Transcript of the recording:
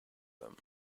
them